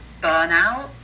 burnout